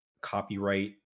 copyright